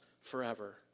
forever